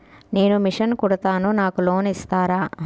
నేను మిషన్ కుడతాను నాకు లోన్ ఇస్తారా?